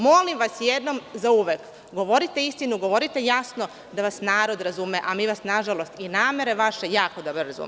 Molim vas jednom za uvek, govorite istinu, govorite jasno da vas narod razume, a mi vas, nažalost, i namere vaše, jako dobro razumemo.